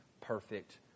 perfect